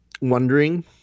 wondering